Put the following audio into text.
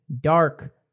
dark